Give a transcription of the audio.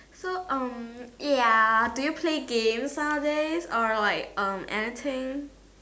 so um ya do you play games Saturdays or like um anything